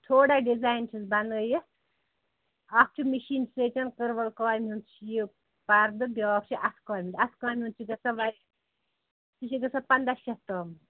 تھوڑا ڈِزاین چھِس بَنٲوِتھ اَکھ چھُ مِشیٖن سۭتٮ۪ن کٔروَل کامہِ ہُنٛد چھُ یہِ پَردٕ بیٛاکھ چھُ اَتھٕ کامہِ ہُنٛد اَتھٕ کامہِ ہُنٛد چھُ گژھان واریاہ سُہ چھِ گژھان پَنٛداہ شتھ تام